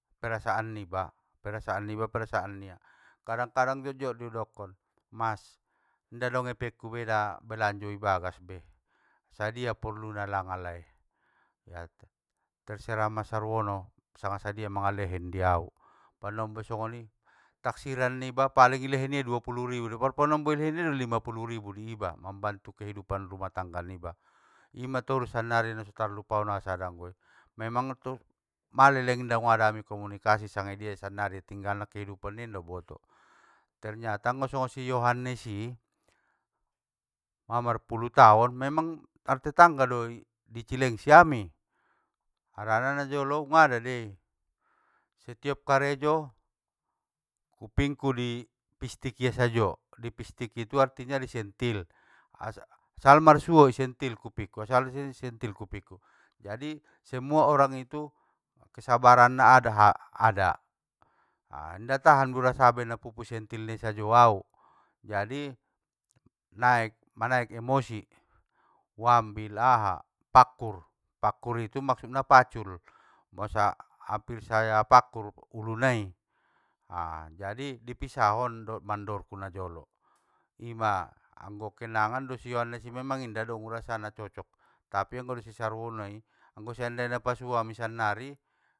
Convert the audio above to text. Perasaan niba, perasaan niba perasan nia, kadang kadang jot jot dei udokon, mas inda dong epengku beda, belanjo ibagas be, sadia porluna langa lae? Terserah mas sarwono sanga sadia mangalehen diau, manombo songoni, taksiran niba paling ilehen ia duapulu ribu, parpanombo ilehen ia do lima pulu ribu di iba, mambantu kehidupan rumah tangga ni iba, ima torus sannari naso tarlupaon au sada anggo i, memang mang leleng dadungada ami markomunikasi sanga idia ia sannari tinggalna kehidupan nia inda uboto. Ternyata anggo songgon si yohannesi, ma marpulu taon memang martetangga do di cilengsi ami, harana najolo ngungada dei, satiop karejo upingku i pistik ia sajo, i pistik itu artina disentil, asal marsuo isentil kupingku, asal marsuo isentil supingku jadi semua orang itu kesabaranna ada ha ada, inda tahan be urasa ambaen na pupui isentil ia au, jadi naek. manaek emosi uambil aha pakkur, pakkur itu maksudna patcul, masa ampir saya pakkur ulunai, a jadi ipisahon dot mandor ku najolo, ima anggo kenangan dot si yohannesi memang inda dong urasa na cocok, tapi anggo dot si sarwonoi anggo seandaina pasuo ami sannari.